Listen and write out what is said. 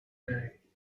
day